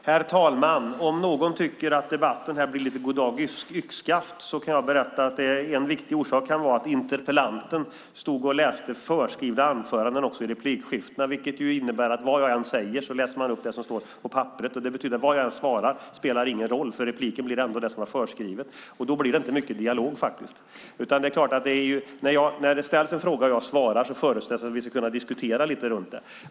Herr talman! Om någon tycker att debatten här blir lite god dag yxskaft, kan jag berätta att en viktig orsak till det kan vara att interpellanten stod och läste upp skrivna manus i sina anföranden, vilket innebär att vad jag än säger läser han upp det som står på papperet. Det betyder att det inte spelar någon roll vad jag svarar. Anförandet blir ändå det som står i manus. Då blir det faktiskt inte mycket dialog. När det ställs en fråga och jag svarar på den förutsätts det att vi ska kunna diskutera lite grann om det.